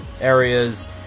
areas